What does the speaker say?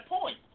point